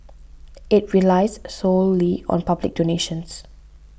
it relies solely on public donations